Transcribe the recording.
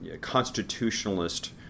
constitutionalist